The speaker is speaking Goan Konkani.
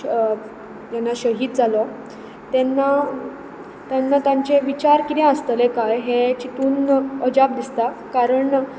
जेन्ना शहीद जालो तेन्ना तेन्ना तांचे विचार कितें आसतले काय हें चितून अजाप दिसता कारण